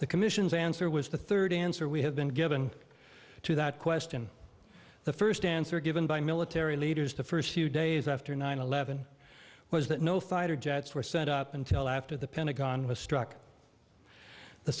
the commission's answer was the third answer we have been given to that question the first answer given by military leaders the first few days after nine eleven was that no fighter jets were sent up until after the pentagon was struck the